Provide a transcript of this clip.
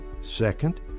Second